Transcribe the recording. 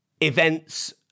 events